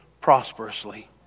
prosperously